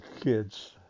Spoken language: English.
kids